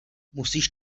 musíš